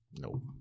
Nope